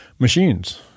Machines